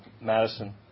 Madison